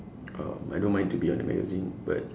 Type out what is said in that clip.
uh I don't mind to be on the magazine but